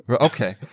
Okay